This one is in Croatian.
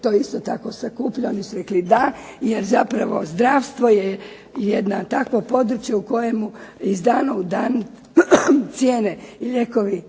to isto tako sakuplja oni su rekli da, jer zapravo zdravstvo je jedno takvo područje u kojemu iz dana u dan cijene, lijekovi